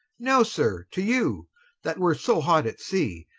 now sir, to you that were so hot at sea,